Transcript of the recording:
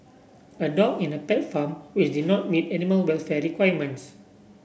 a dog in a pet farm which did not meet animal welfare requirements